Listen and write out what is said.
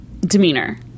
demeanor